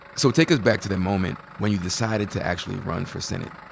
so take us back to that moment when you decided to actually run for senate.